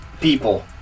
people